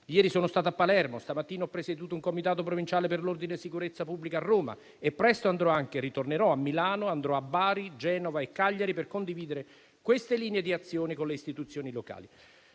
Ieri sono stato a Palermo, stamattina ho presieduto un comitato provinciale per l'ordine e la sicurezza pubblica a Roma. E presto ritornerò a Milano e andrò a Bari, Genova e Cagliari, per condividere queste linee di azione con le istituzioni locali.